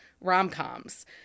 rom-coms